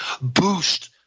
boost